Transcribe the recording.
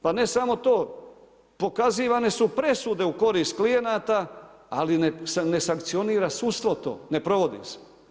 Pa ne samo to, pokazivane su presude u korist klijenata ali se ne sankcionira sudstvo to, ne provodi se.